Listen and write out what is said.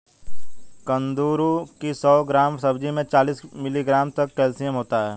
कुंदरू की सौ ग्राम सब्जी में चालीस मिलीग्राम तक कैल्शियम होता है